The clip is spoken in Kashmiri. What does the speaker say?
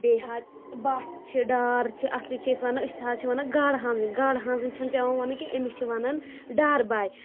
بیٚیہِ حظ بَٹھ چھِ ڈار چھِ اَصلی چھِ أسۍ وَنان أسۍ حظ چھِ وَنان گاڑٕ ہازٕنۍ گاڈٕ ہانزٕنۍ چھَنہٕ پیٚوان وَنُن کینٛہہ أمِس چھِ وَنان ڈَارٕ باے